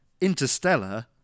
interstellar